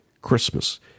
Christmas